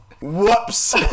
Whoops